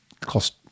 cost